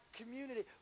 community